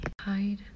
Hide